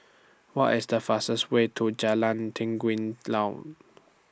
What IS The fastest Way to Jalan Laut